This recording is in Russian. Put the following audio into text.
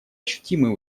ощутимые